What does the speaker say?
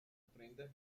ofrendas